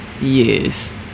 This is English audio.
Yes